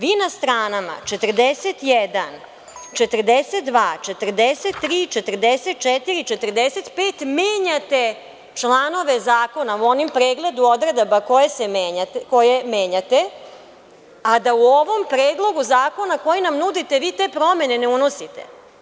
Vi na stranama 41, 42, 43, 44. i 45. menjate članove zakona u onom pregledu odredaba koje menjate, a da u ovom predlogu zakona koji nam nudite, vi te promene ne unosite.